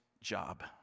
job